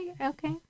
Okay